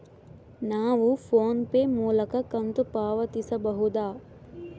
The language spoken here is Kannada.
ನಾವು ಫೋನ್ ಪೇ ಮೂಲಕ ಕಂತು ಪಾವತಿಸಬಹುದಾ?